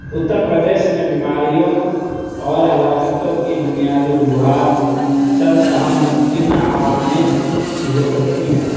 اُتّرپردیش میں بیماریوں اور ہلاکتوں کی بنیادی وجوہات چند اہم ممکنہ عوامل کی ہوسکتی ہیں